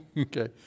okay